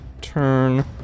turn